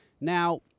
Now